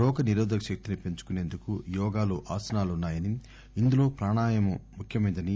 రోగ నిరోధక శక్తిని పెంచుకునేందుకు యోగాలో ఆసనాలున్నా యని ఇందులో ప్రాణాయామం ముఖ్యమైనదని